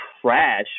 trash